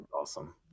awesome